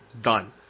done